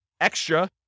extra